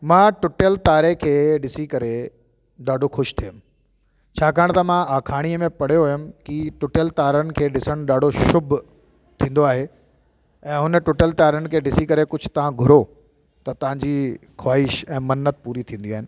मां टुटियल तारे खे ॾिसी करे ॾाढो ख़ुशि थियुमि छाकाणि त मां आखाणीअ में पढ़ियो हुयुमि की टुटियल तारनि खे ॾिसणु ॾाढो शुभु थींदो आहे ऐं उन टुटल तारनि खे ॾिसी करे कुझु तव्हां घुरो त तव्हांजी ख़्वाहिश ऐं मन्नत पूरी थींदी आहिनि